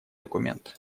документ